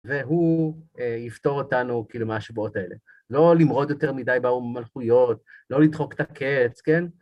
והוא יפתור אותנו כאילו מהשבועות האלה. לא למרוד יותר מדי במלכויות, לא לדחוק את הקץ, כן?